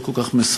לא כל כך משמחת,